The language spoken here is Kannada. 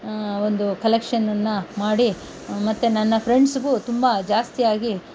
ಒಂದು ಕಲೆಕ್ಷನ್ನನ್ನು ಮಾಡಿ ಮತ್ತು ನನ್ನ ಫ್ರೆಂಡ್ಸ್ಗೂ ತುಂಬ ಜಾಸ್ತಿಯಾಗಿ